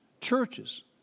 churches